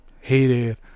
hated